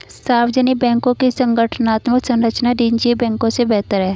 सार्वजनिक बैंकों की संगठनात्मक संरचना निजी बैंकों से बेहतर है